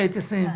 תודה רבה,